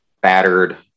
battered